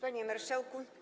Panie Marszałku!